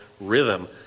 rhythm